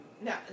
no